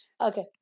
Okay